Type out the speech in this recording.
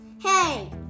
Hey